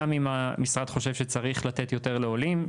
גם אם המשרד חושב שצריך לתת יותר לעולים,